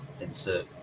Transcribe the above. insert